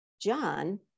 John